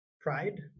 pride